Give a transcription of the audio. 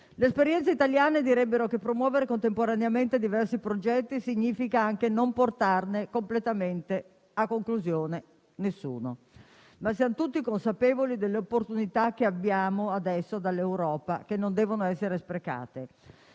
Le esperienze italiane direbbero che promuovere contemporaneamente diversi progetti significa non portarne completamente a conclusione nessuno. Siamo, però, tutti consapevoli delle opportunità che arrivano adesso dall'Europa, che non devono essere sprecate.